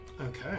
Okay